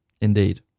indeed